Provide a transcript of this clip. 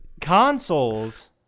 Consoles